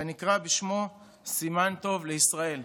ונקרא בשמו "סימן טוב לישראל".